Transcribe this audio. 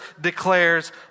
declares